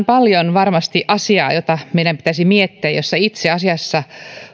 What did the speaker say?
paljon asiaa jota meidän pitäisi miettiä ja siinä itse asiassa